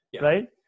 right